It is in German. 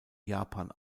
japan